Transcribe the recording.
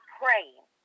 praying